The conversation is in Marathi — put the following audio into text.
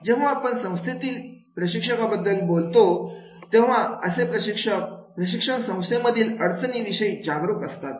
जेव्हा आपण संस्थेतील शिक्षका बद्दल बोलतो तेव्हा असे प्रशिक्षक प्रशिक्षण संस्थेमधील अडचणी विषयी जागृत असतात